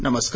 नमस्कार